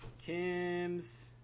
Kim's